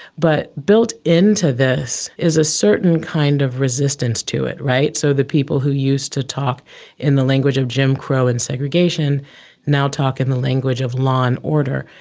but built into this is a certain kind of resistance to it. so the people who used to talk in the language of jim crow and segregation now talk in the language of law and order.